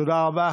תודה רבה.